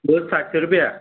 दोन सातशे रुपया